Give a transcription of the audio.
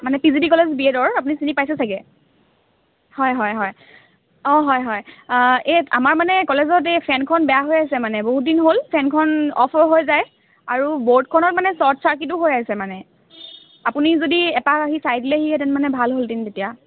মানে P G T college B এডৰ আপুনি চিনি পাইছে চাগৈ হয় হয় হয় অঁ হয় হয় এই আমাৰ মানে এই কলেজত এই ফেনখন বেয়া হৈ আছে মানে বহু দিন হ'ল ফেনখন অফ হৈ হৈ যায় আৰু বৰ্ডখনত মানে চৰ্ট চাৰ্কিটো হৈ আছে মানে আপুনি যদি এপাক আহি চাই দিলেহি হেতেনে ভাল হ'ল হেতেনে তেতিয়া